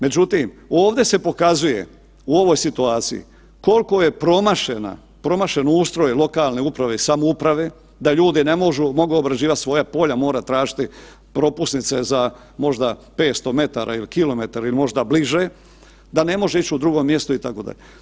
Međutim, ovdje se pokazuje u ovoj situaciji, koliko je promašen ustroj lokalne uprave i samouprave da ljudi ne mogu obrađivati svoja polja, mora tražiti propusnice za možda 500 m ili kilometar ili možda bliže, da ne može ići u drugo mjesto, itd.